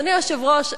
אדוני היושב-ראש,